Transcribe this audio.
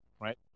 right